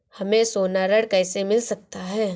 हमें सोना ऋण कैसे मिल सकता है?